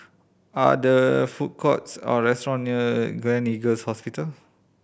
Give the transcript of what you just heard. are there food courts or restaurant near Gleneagles Hospital